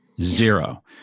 zero